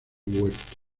huerto